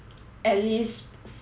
five hundred K lah